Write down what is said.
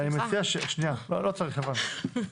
הבנו.